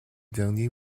derniers